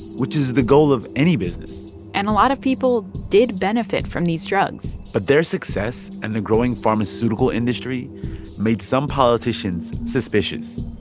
which is the goal of any business and a lot of people did benefit from these drugs but their success and the growing pharmaceutical industry made some politicians suspicious.